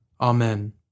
Amen